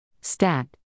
Stat